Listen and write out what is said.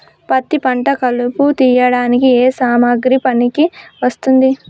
పత్తి పంట కలుపు తీయడానికి ఏ సామాగ్రి పనికి వస్తుంది?